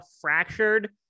fractured